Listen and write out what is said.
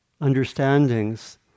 understandings